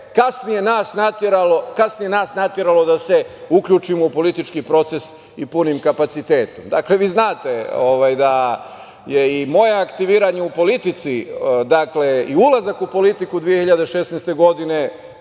kasnije nas nateralo da se uključimo u politički proces i punim kapacitetom. Dakle, vi znate da je i moje aktiviranje u politici i ulazak u politiku 2016. godine